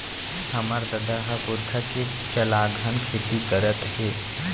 हमर ददा ह पुरखा के चलाघन खेती करत हे